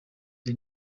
the